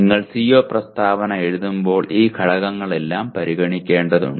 നിങ്ങൾ CO പ്രസ്താവന എഴുതുമ്പോൾ ഈ ഘടകങ്ങളെല്ലാം പരിഗണിക്കേണ്ടതുണ്ട്